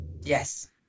Yes